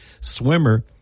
swimmer